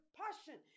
passion